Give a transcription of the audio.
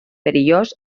perillós